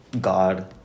God